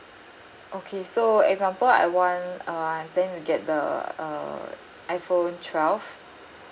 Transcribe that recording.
okay so example I want uh I'm planning to get the uh iphone twelve